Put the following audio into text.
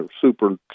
super